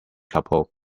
coupled